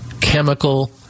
chemical